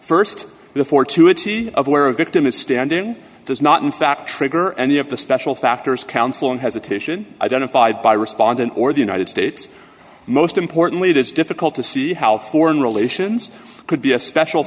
fortuity of where a victim is standing does not in fact trigger any of the special factors counsel and hesitation identified by respondent or the united states most importantly it is difficult to see how foreign relations could be a special